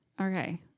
Okay